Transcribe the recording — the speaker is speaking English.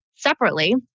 Separately